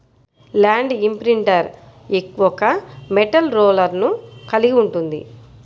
land imprinter ఒక metal రోలర్ను కలిగి ఉంటుంది